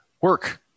work